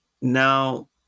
Now